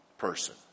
person